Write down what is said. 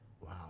Wow